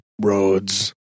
roads